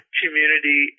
community